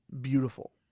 beautiful